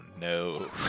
no